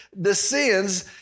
descends